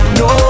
no